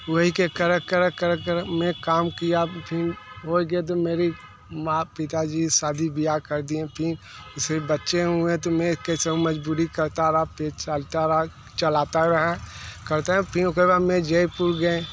वही के कर कर कर कर मैं काम किया फिर होई गया तो मेरी माँ पिता जी शादी बियाह कर दिए फिर उससे बच्चे हुए तो मैं कैसा मज़दूरी करता रहा फिर चलता रहा चलाता रहा करते हैं फिर यूं कर हम मैं जयपुर गए